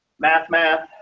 math. math.